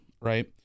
right